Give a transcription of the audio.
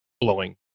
blowing